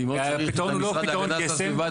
אני מאוד צריך את המשרד להגנת הסביבה